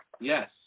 Yes